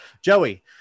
joey